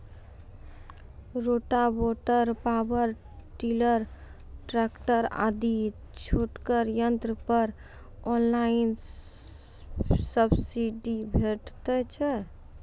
Rotavator, power tiller, tractor आदि छोटगर यंत्र पर ऑनलाइन सब्सिडी भेटैत छै?